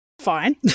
Fine